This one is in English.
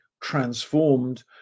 transformed